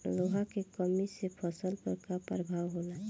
लोहा के कमी से फसल पर का प्रभाव होला?